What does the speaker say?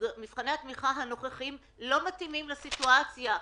מבחני התמיכה הנוכחיים לא מתאימים לסיטואציה.